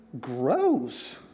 grows